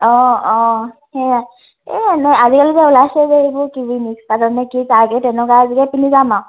অঁ অঁ সেয়া এই এনে আজিকালি যে ওলাইছে যে এইবোৰ কিবা মিক্স পাট নে কি তাকে তেনেকুৱা এযোৰ পিন্ধি যাম আৰু